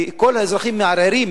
וכל האזרחים מערערים,